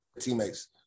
teammates